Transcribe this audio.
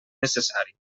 necessari